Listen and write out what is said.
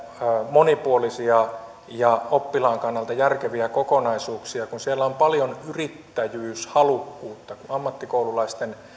monipuolisia ja oppilaan kannalta järkeviä kokonaisuuksia siellä on paljon yrittäjyyshalukkuutta kun ammattikoululaisten